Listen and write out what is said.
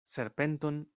serpenton